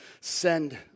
send